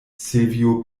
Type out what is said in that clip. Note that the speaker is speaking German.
silvio